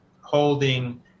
holding